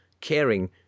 caring